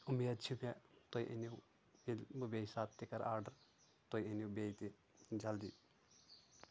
اُمید چھِ مےٚ تُہۍ أنِو ییٚلہِ بہٕ بیٚیہِ ساتہٕ تہِ کرٕ آرڈر تُہۍ أنِو بیٚیہِ تہِ جلدی